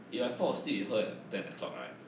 if I fall asleep before at ten o'clock right